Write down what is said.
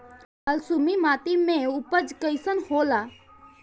बालसुमी माटी मे उपज कईसन होला?